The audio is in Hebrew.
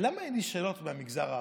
למה אין לי שאלות מהמגזר הערבי?